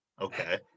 Okay